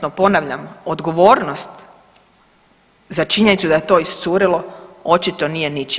No ponavljam, odgovornost za činjenicu da je to iscurilo očito nije ničija.